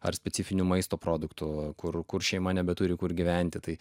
ar specifinių maisto produktų kur kur šeima nebeturi kur gyventi tai